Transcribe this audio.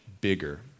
bigger